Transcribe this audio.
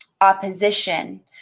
opposition